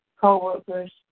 co-workers